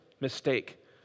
mistake